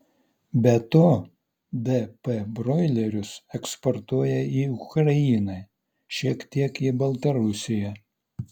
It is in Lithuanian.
be to dp broilerius eksportuoja į ukrainą šiek tiek į baltarusiją